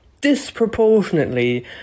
disproportionately